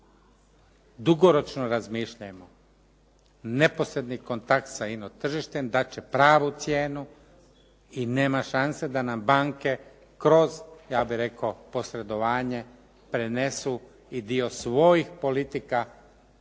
dugoročno razmišljajmo. Neposredni kontakt sa ino tržištem dat će pravu cijenu i nema šanse da nam banke kroz ja bih rekao posredovanje prenesu i dio svojih politika